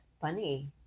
funny